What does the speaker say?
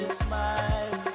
smile